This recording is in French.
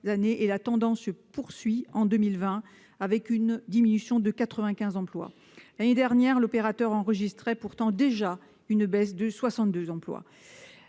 et la tendance se poursuit en 2020, avec une diminution de 95 emplois. L'année dernière, l'opérateur enregistrait déjà une baisse de 62 emplois.